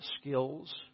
skills